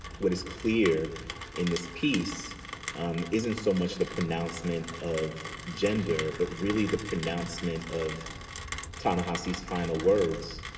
what is clear in this piece isn't so much the pronouncement of gender, but really the pronouncement of ta-nehisi's final words.